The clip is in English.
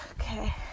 okay